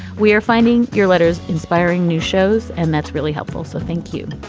we are finding your letters inspiring new shows and that's really helpful so thank you.